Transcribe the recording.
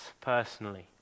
personally